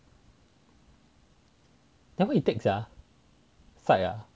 then what he take sia psych ah